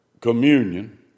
communion